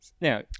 Now